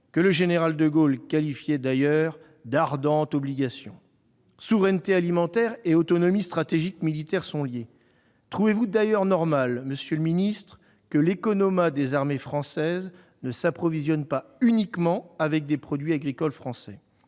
que le général de Gaulle qualifiait d'ailleurs d'« ardente obligation ». Souveraineté alimentaire et autonomie stratégique militaire sont liées. Trouvez-vous d'ailleurs normal, monsieur le ministre, que l'économat des armées françaises ne s'approvisionne pas uniquement avec des produits agricoles français ?